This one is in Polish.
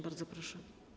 Bardzo proszę.